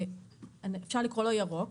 אפשר לקרוא לו ירוק,